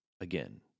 again